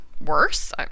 Worse